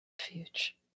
Refuge